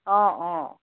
অঁ অঁ